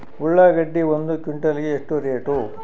ಉಳ್ಳಾಗಡ್ಡಿ ಒಂದು ಕ್ವಿಂಟಾಲ್ ಗೆ ಎಷ್ಟು ರೇಟು?